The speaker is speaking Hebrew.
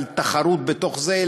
על תחרות בתוך זה,